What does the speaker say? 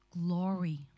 glory